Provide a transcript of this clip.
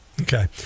Okay